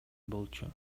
болчу